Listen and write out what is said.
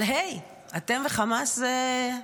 אבל היי, אתם וחמאס זה,